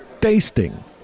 tasting